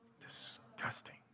Disgusting